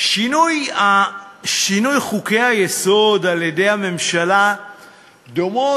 שינוי חוקי-היסוד על-ידי הממשלה דומה